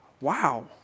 wow